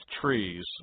trees